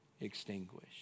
extinguish